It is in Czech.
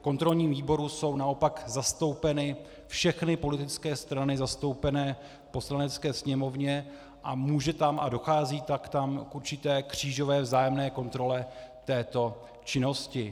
V kontrolním výboru jsou naopak zastoupeny všechny politické strany zastoupené v Poslanecké sněmovně a může tam a dochází tak tam k určité křížové vzájemné kontrole této činnosti.